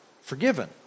Forgiven